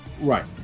Right